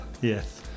Yes